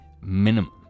Minimum